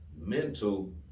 mental